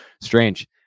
strange